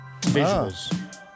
visuals